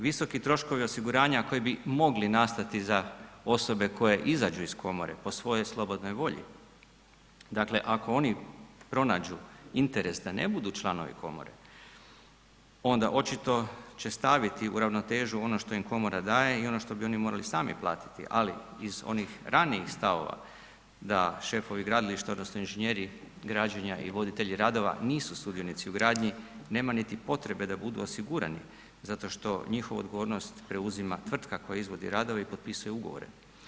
Visoki troškovi osiguranja koji bi mogli nastati za osobe koje izađu iz komore po svojoj slobodnoj volji, dakle ako oni pronađu interes da ne budu članovi komore, onda očito će staviti u ravnotežu ono što im komora daje i ono što bi oni morali sami platiti, ali iz onih ranijih stavova da šefovi gradilišta odnosno inženjeri građenja i voditelji radova nisu sudionici u gradnji, nema niti potrebe da budu osigurani zato što njihovu odgovornost preuzima tvrtka koja izvodi radove i potpisuje ugovore.